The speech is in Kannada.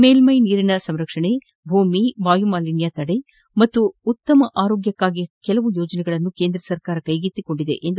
ಮೇಲ್ಮೈ ನೀರಿನ ಸಂರಕ್ಷಣೆ ಭೂಮಿ ವಾಯು ಮಾಲಿನ್ಯ ತಡೆ ಹಾಗೂ ಉತ್ತಮ ಆರೋಗ್ಯಕ್ಕಾಗಿ ಕೆಲವು ಯೋಜನೆಗಳನ್ನು ಕೇಂದ್ರ ಸರ್ಕಾರ ಕೈಗೆತ್ತಿಕೊಂಡಿದೆ ಎಂದು ಅವರು ಹೇಳಿದರು